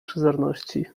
przezorności